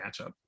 matchup